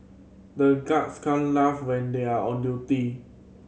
the guards can't laugh when they are on duty